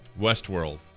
Westworld